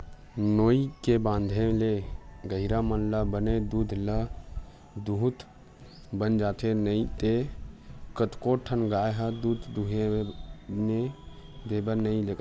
नोई के बांधे ले गहिरा मन ल बने दूद ल दूहूत बन जाथे नइते कतको ठन गाय ह दूद दूहने देबे नइ करय